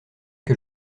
que